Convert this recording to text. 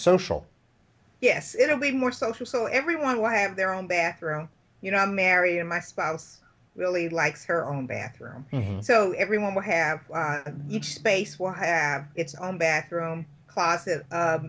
social yes it'll be more social so everyone will have their own bathroom you know i'm married and my spouse really likes her own bathroom so everyone will have each space will have its own bathroom closet